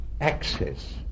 access